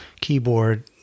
keyboard